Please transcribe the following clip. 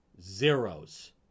Zeros